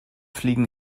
fliegen